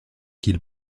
qu’il